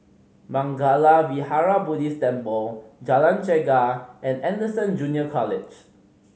Mangala Vihara Buddhist Temple Jalan Chegar and Anderson Junior College